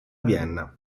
vienna